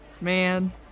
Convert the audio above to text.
man